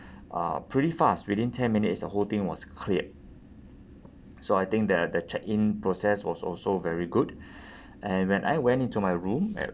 uh pretty fast within ten minutes the whole thing was cleared so I think the the check in process was also very good and when I went into my room at